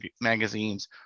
magazines